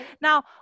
now